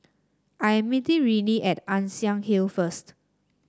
I am meeting Renee at Ann Siang Hill first